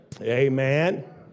Amen